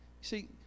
See